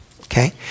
okay